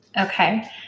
Okay